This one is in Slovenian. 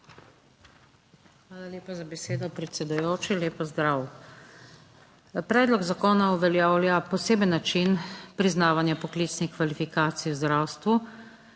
Hvala lepa za besedo, predsedujoči, lep pozdrav. Predlog zakona uveljavlja poseben način priznavanja poklicnih kvalifikacij v zdravstvu,